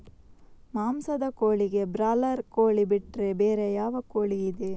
ಮಾಂಸದ ಕೋಳಿಗೆ ಬ್ರಾಲರ್ ಕೋಳಿ ಬಿಟ್ರೆ ಬೇರೆ ಯಾವ ಕೋಳಿಯಿದೆ?